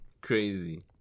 crazy